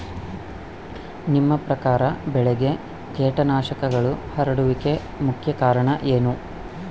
ನಿಮ್ಮ ಪ್ರಕಾರ ಬೆಳೆಗೆ ಕೇಟನಾಶಕಗಳು ಹರಡುವಿಕೆಗೆ ಮುಖ್ಯ ಕಾರಣ ಏನು?